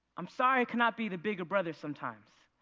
i'm sorry i could not be the bigger brother sometimes.